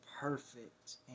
perfect